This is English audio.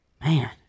Man